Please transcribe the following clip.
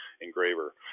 engraver